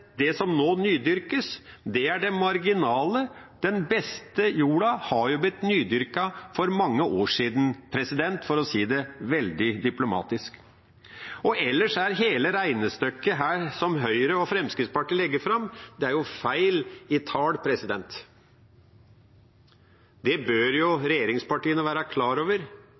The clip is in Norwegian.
det marginale. Den beste jorda har blitt nydyrket for mange år siden – for å si det veldig diplomatisk. Ellers har hele regnestykket som Høyre og Fremskrittspartiet her legger fram, feil tall. Det bør regjeringspartiene være klar over. Jordbruksarealet i Norge går ned hvert eneste år som følge av at jorda gror igjen. Det